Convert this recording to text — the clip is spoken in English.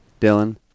Dylan